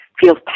feels